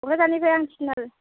क'क्राझारनिफ्राय आं थिनआलि